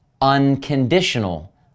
unconditional